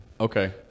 Okay